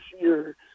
year –